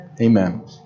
Amen